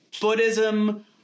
Buddhism